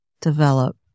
develop